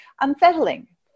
unsettling